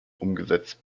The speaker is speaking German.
umgesetzt